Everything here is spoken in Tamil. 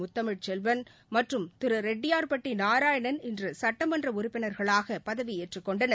முத்தமிழ் செல்வன் மற்றும் ரெட்டியார்பட்டி நாராயணன் இன்று சட்டமன்ற உறுப்பினர்களாக பதவியேற்றுக் கொண்டனர்